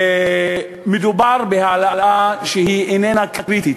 מדובר בהעלאה שאיננה קריטית,